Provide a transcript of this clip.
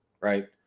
right